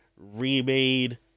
remade